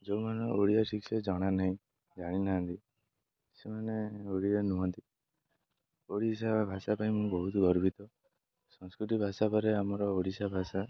ଯୋଉମାନେ ଓଡ଼ିଆ ଶିକ୍ଷା ଜାଣିନାହାନ୍ତି ସେମାନେ ଓଡ଼ିଆ ନୁହନ୍ତି ଓଡ଼ିଶା ଭାଷା ପାଇଁ ମୁଁ ବହୁତ ଗର୍ବିତ ସଂସ୍କୃତି ଭାଷା ପରେ ଆମର ଓଡ଼ିଶା ଭାଷା